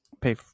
pay